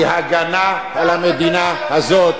כי הגנה על המדינה הזאת